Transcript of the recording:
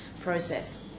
process